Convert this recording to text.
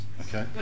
Okay